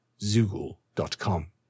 Zoogle.com